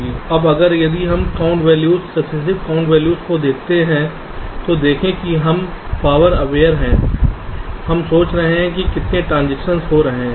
अब यदि हम इस count value successive count values को देखते हैं तो देखें कि हम पावर अवेयर हैं हम सोच रहे हैं कि कितने ट्रांजिशंस हो रहे हैं